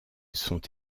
sont